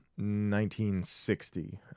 1960